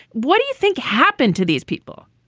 what do you think happened to these people?